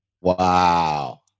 Wow